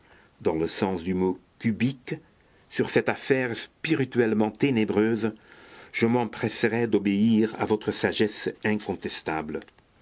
sur cette affaire spirituellement ténébreuse je m'empresserai d'obéir à votre sagesse incontestable